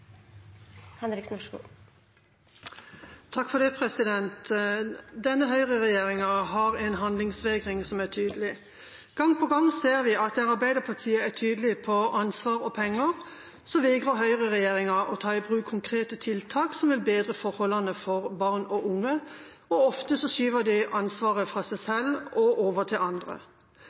tydelig. Gang på gang ser vi at der Arbeiderpartiet er tydelig på ansvar og penger, vegrer høyreregjeringa seg for å ta i bruk konkrete tiltak som vil bedre forholdene for barn og unge, og ofte skyver de ansvaret fra seg selv og over til andre.